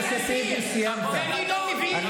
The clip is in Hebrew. אל תנסה לדבר איתי, אני לא רוצה.